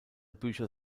bücher